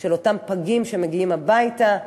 של אותם פגים שמגיעים הביתה,